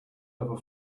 ever